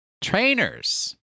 Trainers